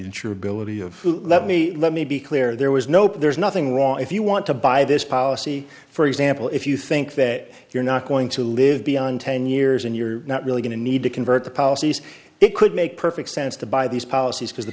insurability of let me let me be clear there was no put there is nothing wrong if you want to buy this policy for example if you think that you're not going to live beyond ten years and you're not really going to need to convert the policies it could make perfect sense to buy these policies because the